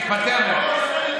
שיתפטר.